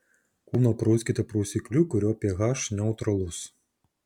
kūną prauskite prausikliu kurio ph neutralus